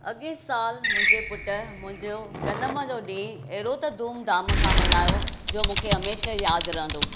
अॻे साल मुंहिंजे पुटु मुंहिंजो जनम जो ॾींहुं अहिड़ो त धूमधाम सां मल्हायो जो मूंखे हमेशह याद रहंदो